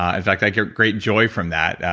ah in fact, i get great joy from that,